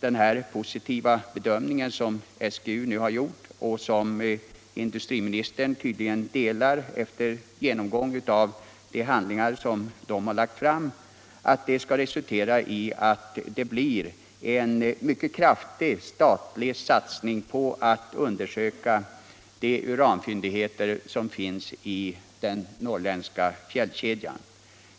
den här positiva bedömningen som SGU nu har gjort och som industriministern tydligen delar efter genomgång av de handlingar som har lagts fram skall resultera i en mycket kraftig statlig satsning på att undersöka de uranfyndigheter som finns i den norrländska fjällkedjan.